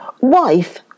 Wife